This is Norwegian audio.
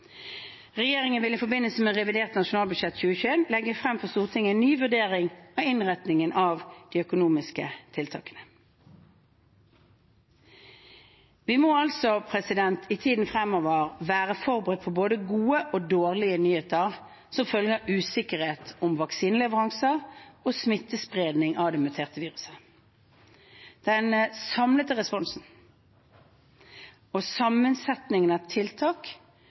Regjeringen vil i forbindelse med revidert nasjonalbudsjett 2021 legge frem for Stortinget en ny vurdering av innretningen av de økonomiske tiltakene. Vi må altså i tiden fremover være forberedt på både gode og dårlige nyheter som følge av usikkerhet om vaksineleveranser og smittespredning av det muterte viruset. Den samlede responsen og sammensetningen av tiltak